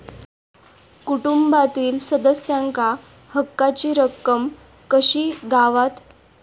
कुटुंबातील सदस्यांका हक्काची रक्कम कशी गावात?